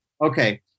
Okay